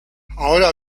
ahora